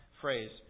phrase